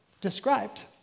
described